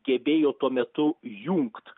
gebėjo tuo metu jungt